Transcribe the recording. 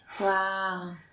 Wow